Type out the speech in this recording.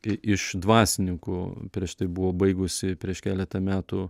i iš dvasininkų prieš tai buvo baigusi prieš keletą metų